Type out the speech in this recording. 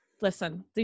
listen